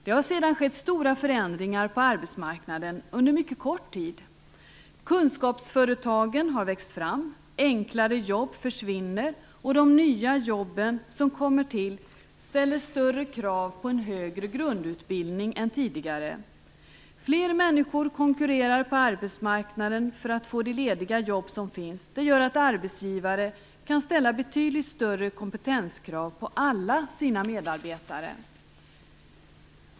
Det har sedan skett stora förändringar på arbetsmarknaden under mycket kort tid. Kunskapsföretagen har växt fram. Enklare jobb försvinner, och de nya jobb som kommer till ställer större krav än de jobb som fanns tidigare på en högre grundutbildning. Fler människor konkurrerar på arbetsmarknaden för att få de lediga jobb som finns. Det gör att arbetsgivare kan ställa betydligt högre kompetenskrav på alla sina medarbetare.